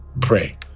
pray